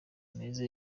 meza